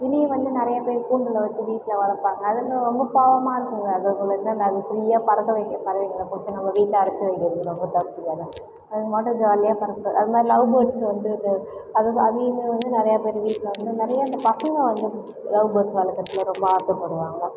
கிளி வந்து நெறைய பேர் கூண்டில் வச்சு வீட்டில் வளர்ப்பாங்க அதுமாதிரி ரொம்ப பாவமாக இருக்கும் அதுங்க ஃப்ரீயாக பறக்க வேண்டிய பறவைங்களை பிடிச்சி நம்ப வீட்டில் அடச்சு வைக்கிறது ரொம்ப தப்புதான அதுங்க பாட்டுக்கு ஜாலியாக பறந்து அது மாதிரி லவ் பேர்ட்ஸ் வந்து இப்போ அது வந்து அதையுமே வந்து நெறைய பேர் வீட்டில் வந்து நெறைய இந்த பசங்க வந்து லவ் பேர்ட்ஸ் வளக்குறதில் ரொம்ப ஆசை படுவாங்க